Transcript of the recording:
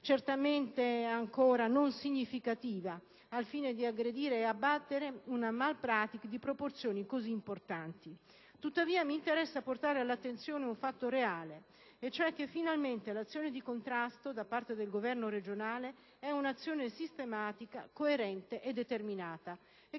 certamente ancora non significativa al fine di aggredire e abbattere una *malpractice* di proporzioni così importanti. Tuttavia, mi interessa portare all'attenzione un fatto reale e cioè che, finalmente, l'azione di contrasto da parte del governo regionale è sistematica, coerente e determinata e